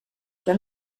que